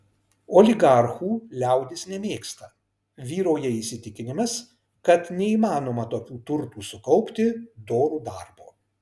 oligarchų liaudis nemėgsta vyrauja įsitikinimas kad neįmanoma tokių turtų sukaupti doru darbu